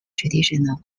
traditional